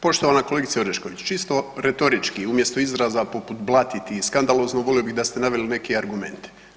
Poštovana kolegice Orešković, čisto retorički, umjesto izraza poput „blatiti“ i „skandalozno“ volio bih da ste naveli neke argumente.